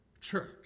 church